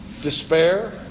despair